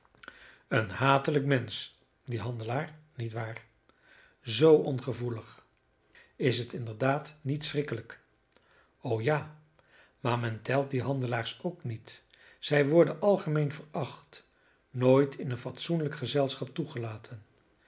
een hatelijk mensch die handelaar niet waar zoo ongevoelig is het inderdaad niet schrikkelijk o ja maar men telt die handelaars ook niet zij worden algemeen veracht nooit in een fatsoenlijk gezelschap toegelaten